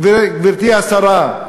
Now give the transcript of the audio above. גברתי השרה,